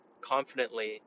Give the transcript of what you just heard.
confidently